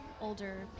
older